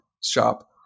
shop